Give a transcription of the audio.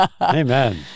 Amen